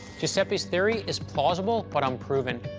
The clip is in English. giuseppe's theory is plausible but unproven.